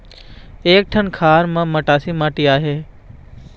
एक ठन खार म मटासी माटी आहे?